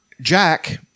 Jack